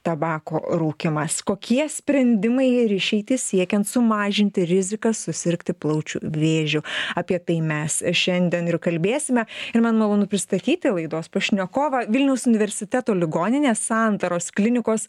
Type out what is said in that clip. tabako rūkymas kokie sprendimai ir išeitys siekiant sumažinti riziką susirgti plaučių vėžiu apie tai mes šiandien ir kalbėsime ir man malonu pristatyti laidos pašnekovą vilniaus universiteto ligoninės santaros klinikos